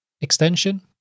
extension